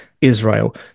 Israel